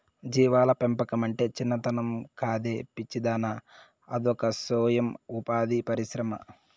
జీవాల పెంపకమంటే చిన్నతనం కాదే పిచ్చిదానా అదొక సొయం ఉపాధి పరిశ్రమ